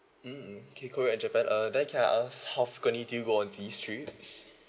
mm okay korea and japan uh then can I ask how frequently do you go on these trips